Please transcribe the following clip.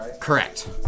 Correct